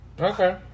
Okay